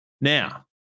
Now